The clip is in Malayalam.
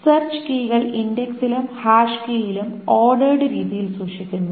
സെർച്ച് കീകൾ ഇൻഡെക്സിലും ഹാഷ് കീയിലും ഓർഡേർഡ് രീതിയിൽ സൂക്ഷിക്കുന്നു